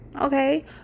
Okay